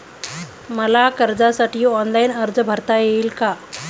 मला कर्जासाठी ऑनलाइन अर्ज भरता येईल का?